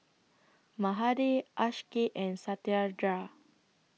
Mahade Akshay and Satyendra